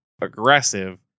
aggressive